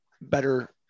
better